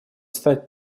стать